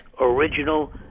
original